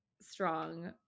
strong